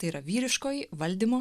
tai yra vyriškoji valdymo